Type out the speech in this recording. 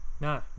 no